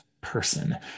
person